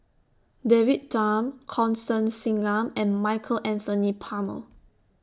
David Tham Constance Singam and Michael Anthony Palmer